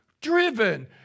driven